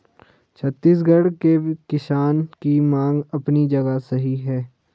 छत्तीसगढ़ के किसान की मांग अपनी जगह सही है